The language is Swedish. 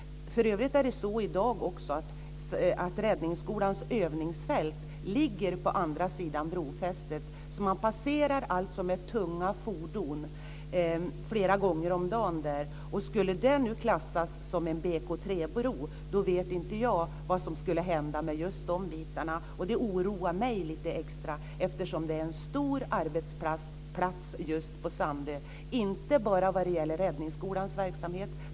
För övrigt ligger Räddningsskolans övningsfält i dag på andra sidan brofästet. Man passerar alltså med tunga fordon flera gånger om dagen. Skulle denna bro klassas som en bärighetsklass 3-bro vet inte jag vad som skulle hända med just de delarna. Det oroar mig lite extra, eftersom just Sandö är en stor arbetsplats, inte bara vad gäller Räddningsskolans verksamhet.